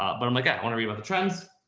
um but i'm like, i want to read about the trends.